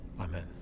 Amen